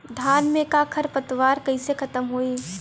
धान में क खर पतवार कईसे खत्म होई?